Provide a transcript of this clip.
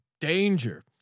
danger